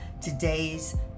today's